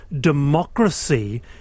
democracy